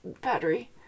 battery